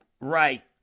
right